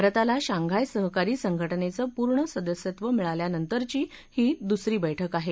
भारताला शांघाय सहकारी संघटनेचं पूर्ण सदस्यत्व मिळाल्यानंतरची ही दुसरी बैठक आहे